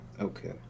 Okay